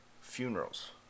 funerals